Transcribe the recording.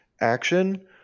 action